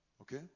okay